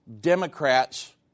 Democrats